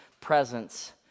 presence